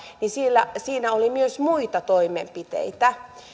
työryhmällä joka pohti ylen tulevaisuutta oli myös muita toimenpiteitä